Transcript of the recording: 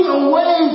away